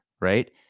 right